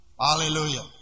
Hallelujah